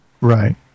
right